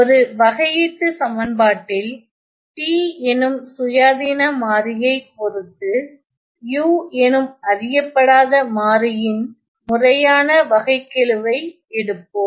ஒரு வகையீட்டுச் சமன்பாட்டில் t எனும் சுயாதீன மாறியை பொறுத்து u எனும் அறியப்படாத மாறியின் முறையான வகைக்கெழு ஐ எடுப்போம்